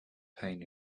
pain